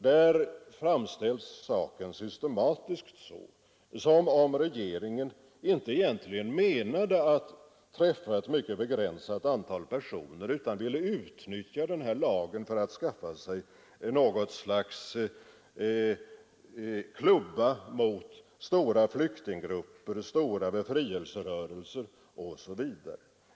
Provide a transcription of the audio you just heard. Där framställs saken systematiskt som om regeringen inte egentligen menade att träffa ett mycket begränsat antal personer utan ville utnyttja den här lagen för att skaffa sig något slags klubba mot stora flyktinggrupper, stora befrielserörelser osv.